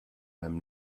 dem